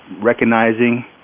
recognizing